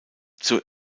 zur